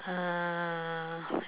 uh